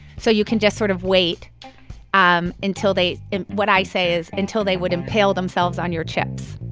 so you can just sort of wait um until they and what i say is, until they would impale themselves on your chips